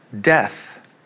death